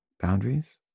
boundaries